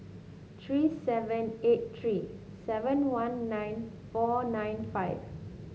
three seven eight three seven one nine four nine five